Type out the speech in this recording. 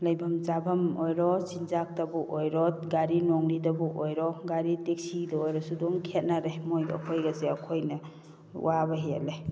ꯂꯩꯐꯝ ꯆꯥꯐꯝ ꯑꯣꯏꯔꯣ ꯆꯤꯟꯖꯥꯛꯇꯕꯨ ꯑꯣꯏꯔꯣ ꯒꯥꯔꯤ ꯅꯨꯡꯂꯤꯗꯕꯨ ꯑꯣꯏꯔꯣ ꯒꯥꯔꯤ ꯇꯦꯛꯁꯤꯗ ꯑꯣꯏꯔꯁꯨ ꯑꯗꯨꯝ ꯈꯦꯠꯅꯔꯦ ꯃꯣꯏꯒ ꯑꯩꯈꯣꯏꯒꯁꯦ ꯑꯩꯈꯣꯏꯅ ꯋꯥꯕ ꯍꯦꯜꯂꯦ